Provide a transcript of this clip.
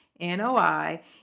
NOI